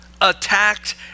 attacked